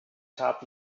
top